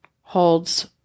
holds